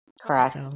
Correct